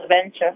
adventure